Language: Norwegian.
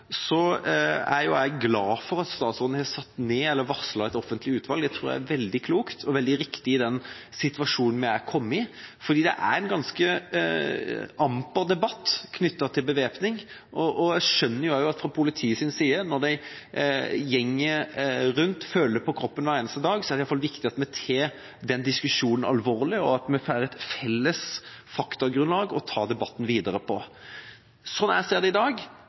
er jeg glad for at statsråden har varslet et offentlig utvalg. Det tror jeg er veldig klokt og veldig riktig i den situasjonen vi er kommet i, for det er en ganske amper debatt knyttet til bevæpning. Jeg skjønner også at sett fra politiets side – når de går rundt og føler det på kroppen hver eneste dag – er det iallfall viktig at vi tar den diskusjonen alvorlig, og at vi får et felles faktagrunnlag å ta debatten videre på. Sånn jeg ser det i dag,